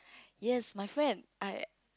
yes my friend